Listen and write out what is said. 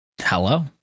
Hello